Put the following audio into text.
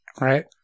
Right